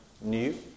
new